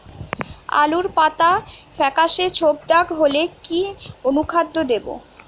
আলুর পাতা ফেকাসে ছোপদাগ হলে কি অনুখাদ্য দেবো?